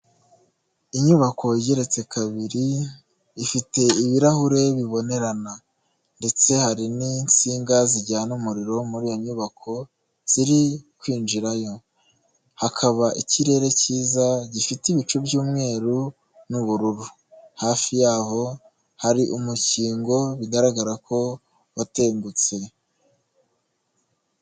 Inyubako igeretse kabiri, ifite ibirahure bibonerana. Ndetse hari n'insinga zijyana umuriro muri iyo nyubako, ziri kwinjirayo. Hakaba ikirere cyiza gifite ibicu by'umweru n'ubururu. Hafi yaho hari umukingo bigaragara ko watengutse.